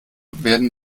werden